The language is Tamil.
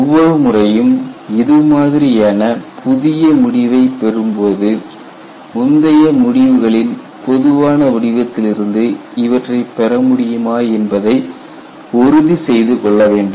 ஒவ்வொரு முறையும் இது மாதிரியான புதிய முடிவை பெறும்போது முந்தைய முடிவுகளின் பொதுவான வடிவத்திலிருந்து இவற்றை பெறமுடியுமா என்று உறுதி செய்துகொள்ள வேண்டும்